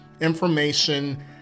information